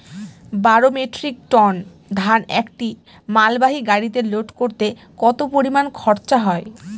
বারো metric ton ধান একটি মালবাহী গাড়িতে লোড করতে কতো পরিমাণ খরচা হয়?